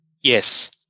Yes